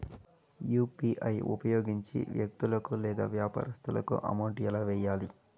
UPI ఉపయోగించి వ్యక్తులకు లేదా వ్యాపారస్తులకు అమౌంట్ ఎలా వెయ్యాలి